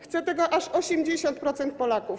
Chce tego aż 80% Polaków.